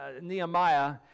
Nehemiah